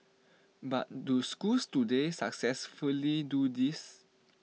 but do schools today successfully do this